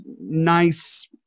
nice